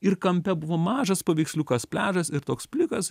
ir kampe buvo mažas paveiksliukas pliažas ir toks plikas